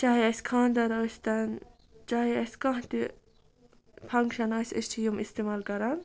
چاہے اَسہِ خاندَر ٲسۍ تَن چاے اَسہِ کانٛہہ تہِ فنٛگشَن آسہِ أسۍ چھِ یِم استعمال کَران